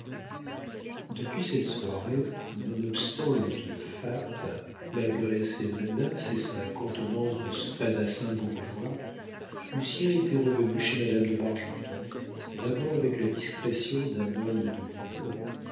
depuis cette soirée nonobstant le vieux fat malgré ses menaces et sa contenance de spadassin bourgeois lucien était revenu chez madame de bargeton d'abord avec la discrétion d'un homme de